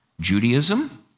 Judaism